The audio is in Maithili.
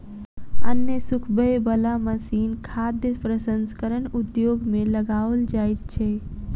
अन्न सुखबय बला मशीन खाद्य प्रसंस्करण उद्योग मे लगाओल जाइत छै